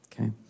Okay